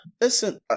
listen